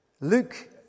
Luke